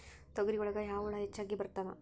ತೊಗರಿ ಒಳಗ ಯಾವ ಹುಳ ಹೆಚ್ಚಾಗಿ ಬರ್ತವೆ?